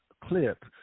clip